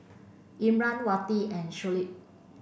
Imran Wati and Shuli